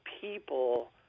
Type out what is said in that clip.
people